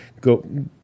go